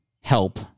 help